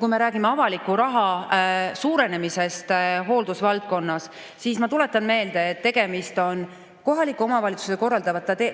Kui me räägime avaliku raha suurenemisest hooldusvaldkonnas, siis ma tuletan meelde, et tegemist on kohaliku omavalitsuse